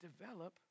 Develop